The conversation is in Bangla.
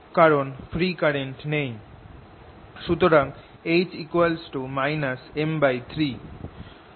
সুতরাং H M3